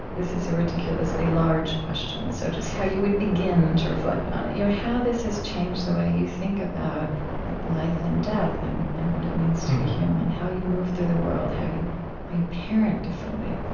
this is a ridiculously large question, so just how you would begin to reflect on it how this has changed the way you think about life and death and and what it means to be human how you move through the world how you how you parent differently